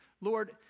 Lord